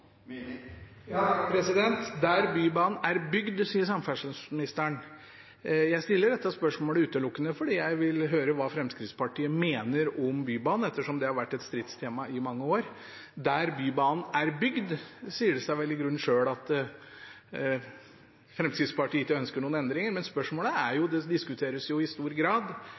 Bybanen er bygd», sier samferdselsministeren. Jeg stiller dette spørsmålet utelukkende fordi jeg vil høre hva Fremskrittspartiet mener om Bybanen, ettersom det har vært et stridstema i mange år. Der Bybanen er bygd, sier det seg vel i grunnen selv at Fremskrittspartiet ikke ønsker noen endringer. Men det diskuteres jo i stor grad